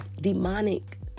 demonic